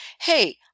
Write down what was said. Hey